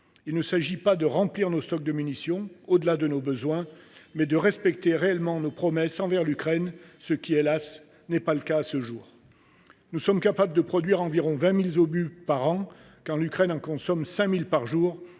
Il s’agit non pas de remplir nos stocks de munitions au delà de nos besoins, mais de respecter réellement nos promesses envers l’Ukraine, ce qui, hélas ! n’est pas le cas à ce jour. Nous sommes capables de produire environ 20 000 obus par an, quand l’Ukraine en consomme 5 000 par jour